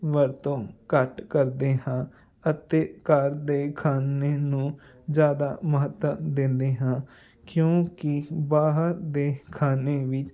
ਵਰਤੋਂ ਘੱਟ ਕਰਦੇ ਹਾਂ ਅਤੇ ਘਰ ਦੇ ਖਾਣੇ ਨੂੰ ਜ਼ਿਆਦਾ ਮਹੱਤਵ ਦਿੰਦੇ ਹਾਂ ਕਿਉਂਕਿ ਬਾਹਰ ਦੇ ਖਾਣੇ ਵਿੱਚ